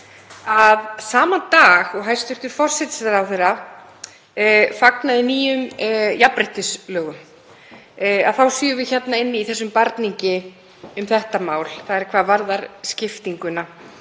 að sama dag og hæstv. forsætisráðherra fagnaði nýjum jafnréttislögum þá séum við hérna inni í þessum barningi um þetta mál, þ.e. hvað varðar skiptingu